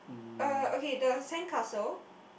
uh okay the sandcastle